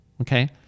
Okay